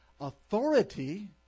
Authority